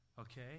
Okay